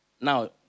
Now